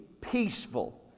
peaceful